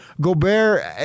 Gobert